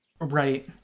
Right